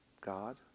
God